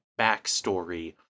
backstory